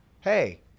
hey